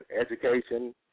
education